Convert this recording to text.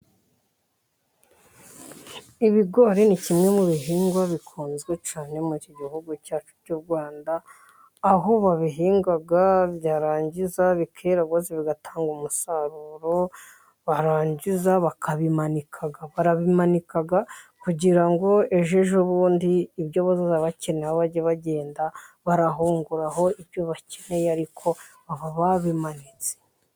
Ibigori ni kimwe mu bihingwa bikunzwe cyane muri iki gihugu cyacu cy'u Rwanda ,aho babihinga ,byarangiza bikera rwose bigatanga umusaruro ,barangiza bakabimanika, barabimanika kugira ngo ejo ejobundi ibyo bazajya bakeneraho, bajye bagenda barahunguraho ibyo bakeneye ,ariko baba babimanitse.